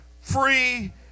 free